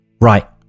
Right